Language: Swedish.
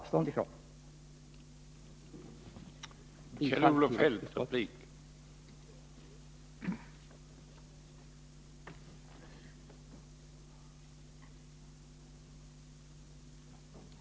Jag yrkar bifall till hemställan i finansutskottets betänkande nr 10 i alla delar.